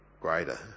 Greater